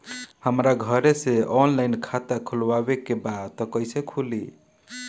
हमरा घरे से ऑनलाइन खाता खोलवावे के बा त कइसे खुली?